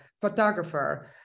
photographer